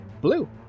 blue